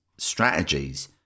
strategies